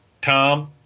Tom